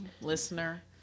listener